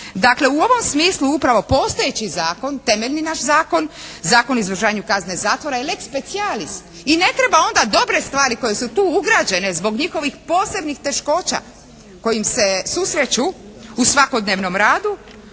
Dakle u ovom smislu postojeći zakon, temeljni naš zakon, Zakon o izvršavanju kazne zatvora je leg specialis i ne treba onda dobre stvari koje su tu ugrađene zbog njihovih posebnih teškoća kojim se susreću u svakodnevnom radu